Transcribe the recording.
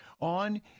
on